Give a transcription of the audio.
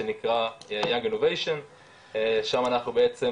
שם אנחנו בעצם